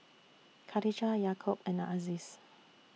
Khatijah Yaakob and Aziz